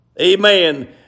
Amen